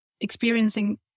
experiencing